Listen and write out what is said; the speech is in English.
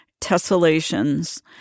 tessellations